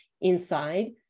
inside